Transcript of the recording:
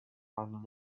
man